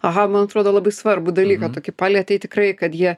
aha man atrodo labai svarbų dalyką tokį palietei tikrai kad jie